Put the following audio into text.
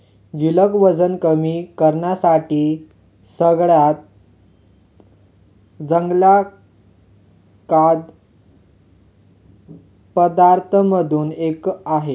गिलक वजन कमी करण्यासाठी सगळ्यात चांगल्या खाद्य पदार्थांमधून एक आहे